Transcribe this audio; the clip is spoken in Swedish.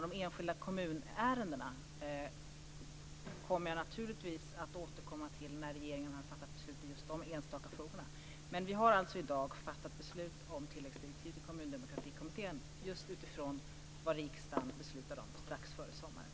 De enskilda kommunärendena kommer jag naturligtvis att återkomma till när regeringen har fattat beslut om just de enstaka fallen. Men vi har alltså i dag fattat beslut om ett tilläggsdirektiv till Kommundemokratikommittén just utifrån vad riksdagen beslutade om strax före sommaren.